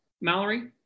Mallory